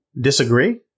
disagree